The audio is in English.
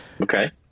Okay